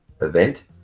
event